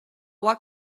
what